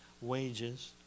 wages